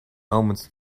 omens